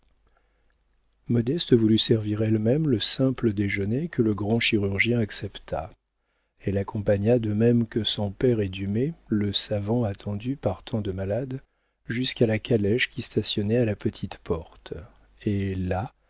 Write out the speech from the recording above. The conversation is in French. modeste voulut servir elle-même le simple déjeuner que le grand chirurgien accepta elle accompagna de même que son père et dumay le savant attendu par tant de malades jusqu'à la calèche qui stationnait à la petite porte et là